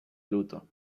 luto